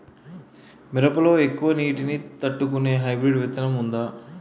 మిరప లో ఎక్కువ నీటి ని తట్టుకునే హైబ్రిడ్ విత్తనం వుందా?